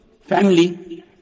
family